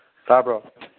ꯇꯥꯕ꯭ꯔꯣ